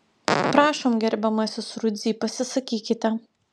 prašom gerbiamasis rudzy pasisakykite